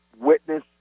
witness